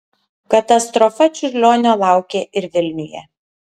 katastrofa čiurlionio laukė ir vilniuje